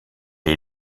est